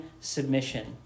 submission